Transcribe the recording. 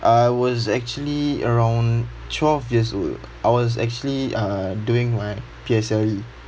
I was actually around twelve years old I was actually uh doing my P_S_L_E